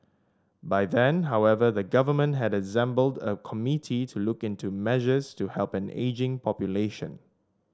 by then however the government had assembled a committee to look into measures to help an ageing population